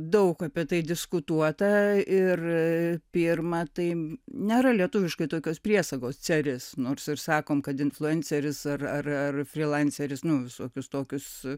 daug apie tai diskutuota ir pirma tai nėra lietuviškai tokios priesagos ceris nors ir sakome kad influenceris ar frilanceris nu visokius tokius